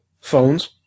phones